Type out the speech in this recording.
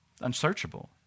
Unsearchable